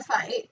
fight